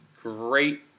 great